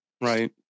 Right